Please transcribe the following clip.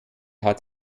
hat